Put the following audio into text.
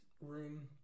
room